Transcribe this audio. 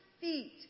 feet